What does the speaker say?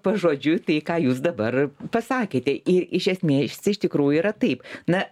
pažodžiui tai ką jūs dabar pasakėte iš esmė iš tikrųjų yra taip na